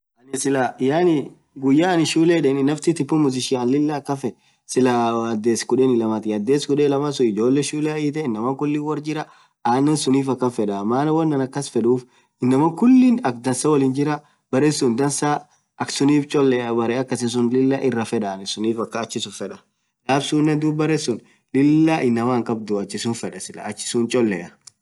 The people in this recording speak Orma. guyya cllah annin pumzikaati feed shule hidenii ades kudeni lamatii inaman kulin woar jiraa, anen sun akan fedda aksun baren suun guda inamaa hinkabduu achisun fedda achii suunt chollea.